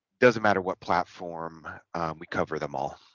doesn't matter what platform we cover them all